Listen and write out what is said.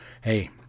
Hey